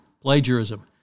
plagiarism